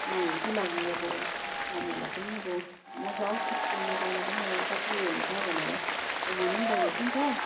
नानीहरूकै लागि अब नानीहरूलाई पनि अब मजा आओस् स्कुलमा जाँदा पनि अब कति उयो हुन्छ भनेर घुमाउनु पनि लगेको नि त